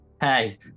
Hey